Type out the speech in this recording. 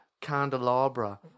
candelabra